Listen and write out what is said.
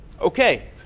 okay